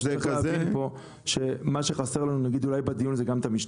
אני חושב שמה שחסר לנו בדיון הזה זה גם המשטרה.